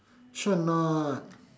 sure not